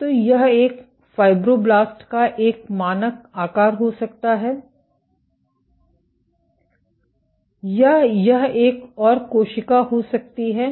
तो यह एक फ़ाइब्रोब्लास्ट का एक मानक आकार हो सकता है या यह एक और कोशिका हो सकती है